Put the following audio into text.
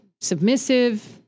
submissive